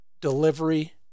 delivery